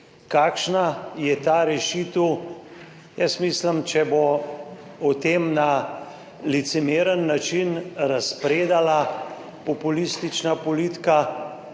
Kakšna je ta rešitev? Mislim, da če bo o tem na licemeren način razpredala populistična politika,